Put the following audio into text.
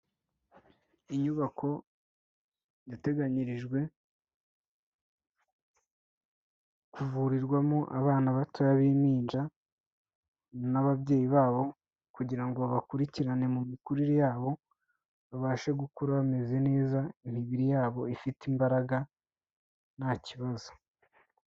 Inyubako yateganyirijwe kuvurirwamo abana batoya b'impinja n'ababyeyi babo kugira ngo babakurikirane mu mikurire yabo, babashe gukura bameze neza imibiri yabo ifite imbaraga nta kibazo.